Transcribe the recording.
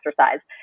exercise